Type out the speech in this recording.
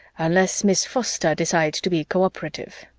unless miss foster decides to be cooperative.